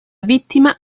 vittima